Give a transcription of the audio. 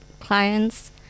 clients